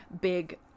big